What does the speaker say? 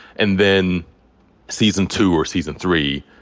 and then season two or season three,